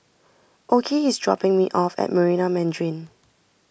Okey is dropping me off at Marina Mandarin